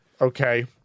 okay